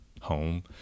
home